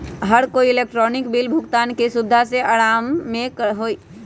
हर कोई electronic bill भुगतान के सुविधा से आराम में हई